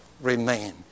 remain